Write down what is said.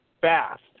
fast